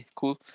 cool